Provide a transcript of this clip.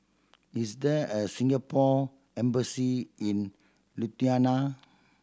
is there a Singapore Embassy in Lithuania